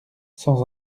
sans